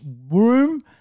room